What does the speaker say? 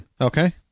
Okay